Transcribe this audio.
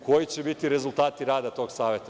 Koji će biti rezultati radi tog saveta?